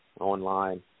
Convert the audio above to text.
online